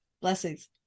Blessings